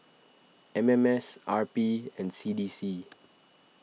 M M S R P and C D C